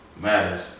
matters